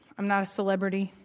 i'm not a celebrity.